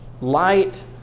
light